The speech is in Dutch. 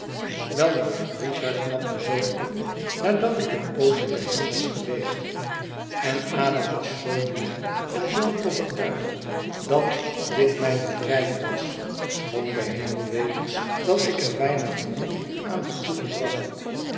welnu richard knapte zoo op nadat ik een poosje bij hem was geweest en ada was zoo blij en zoo overtuigd dat dit mijn bedrijf was schoon de hemel weet dat ik er weinig genoeg aan had toegebracht